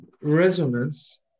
resonance